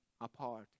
apart